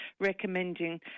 recommending